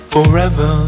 Forever